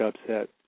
upset